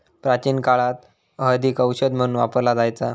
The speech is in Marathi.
प्राचीन काळात हळदीक औषध म्हणून वापरला जायचा